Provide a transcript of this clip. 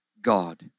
God